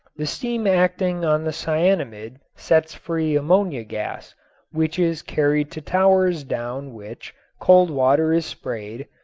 the steam acting on the cyanamid sets free ammonia gas which is carried to towers down which cold water is sprayed,